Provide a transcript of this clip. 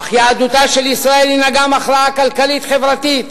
אך יהדותה של ישראל הינה גם הכרעה כלכלית, חברתית.